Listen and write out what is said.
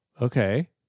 okay